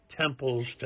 temples